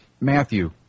Matthew